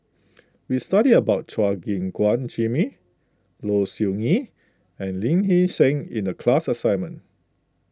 we studied about Chua Gim Guan Jimmy Low Siew Nghee and Lee Hee Seng in the class assignment